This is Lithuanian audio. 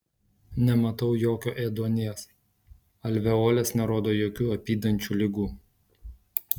nematau jokio ėduonies alveolės nerodo jokių apydančių ligų